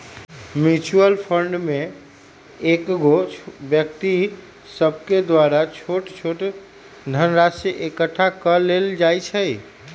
mutual fund में कएगो व्यक्ति सभके द्वारा छोट छोट धनराशि एकठ्ठा क लेल जाइ छइ